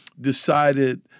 decided